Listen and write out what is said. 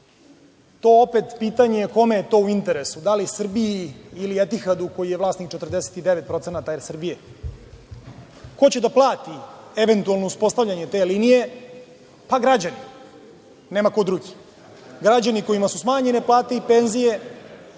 to opet pitanje kome je to u interesu da li Srbiji ili „Etihadu“ koji je vlasnik 49% „Er Srbije“. Ko će da plati eventualno uspostavljanje te linije? Pa građani, nema ko drugi. Građani kojima su smanjene plate i penzije,